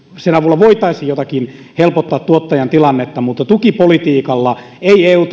avulla voitaisiin jotenkin helpottaa tuottajan tilannetta mutta tukipolitiikalla eu